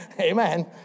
Amen